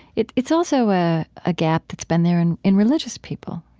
it's it's also a ah gap that's been there in in religious people.